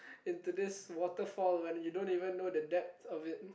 into this water fall when you don't even know the depth of it